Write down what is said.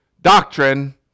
Doctrine